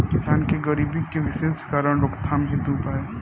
किसान के गरीबी के विशेष कारण रोकथाम हेतु उपाय?